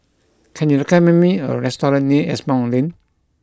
can you recommend me a restaurant near Asimont Lane